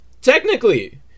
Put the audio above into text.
technically